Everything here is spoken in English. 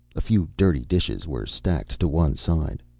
a few dirty dishes were stacked to one side.